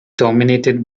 dominated